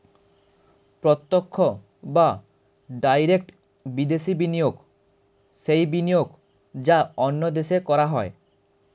প্রত্যক্ষ বা ডাইরেক্ট বিদেশি বিনিয়োগ সেই বিনিয়োগ যা অন্য দেশে করা হয়